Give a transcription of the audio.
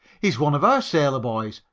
he's one of our sailor boys.